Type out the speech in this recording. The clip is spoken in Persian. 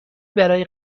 برای